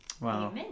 Wow